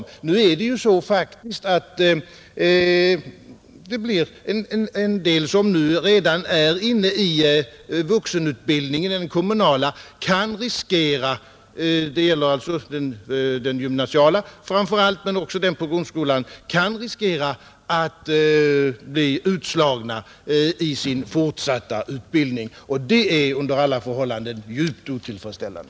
Nu är det faktiskt så att en del av dem som redan är inne i den kommunala vuxenutbildningen — det gäller alltså framför allt den gymnasiala men också den på grundskolestadiet — kan riskera att bli utslagna i sin fortsatta utbildning, och det är under alla förhållanden djupt otillfredsställande.